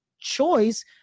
choice